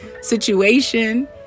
situation